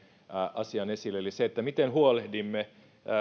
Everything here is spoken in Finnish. asian esille eli sen miten huolehdimme